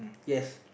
yes